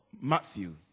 Matthew